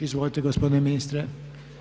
Izvolite gospodine ministre.